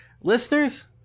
Listeners